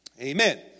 amen